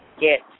get